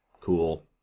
Cool